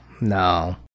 No